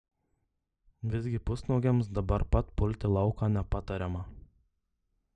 visgi pusnuogiams dabar pat pulti lauką nepatariama